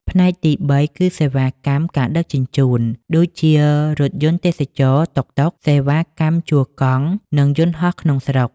ផ្នែកទីបីគឺសេវាកម្មការដឹកជញ្ជូន ដូចជារថយន្តទេសចរណ៍ តុកតុក សេវាកម្មជួលកង់ និងយន្តហោះក្នុងស្រុក។